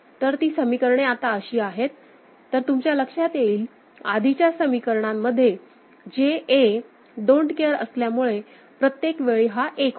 तर ती समीकरणे आता अशी आहेत तर तुमच्या लक्षात येईल आधीच्या समीकरणांमध्ये JA डोन्ट केअर असल्यामुळे प्रत्येक वेळी हा 1 होता